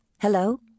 Hello